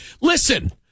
Listen